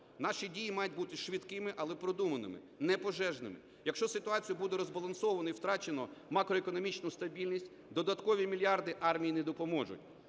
Наші дії мають бути швидкими, але продуманими, не пожежними. Якщо ситуацію буде розбалансовано і втрачено макроекономічну стабільність, додаткові мільярди армії не допоможуть.